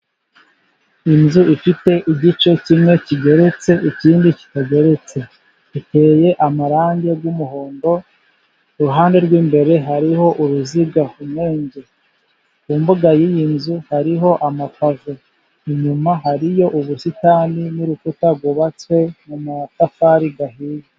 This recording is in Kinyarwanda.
Inzu ifite igice kimwe kigeretse ikindi kitageretse, iteye amarangi y'umuhondo, ku ruhande rw'imbere hariho uruziga menge, ku mbuga y'iyi nzu hariho amapave, inyuma hariyo ubusitani n'urukuta rwubatswe mu matafari ahiye.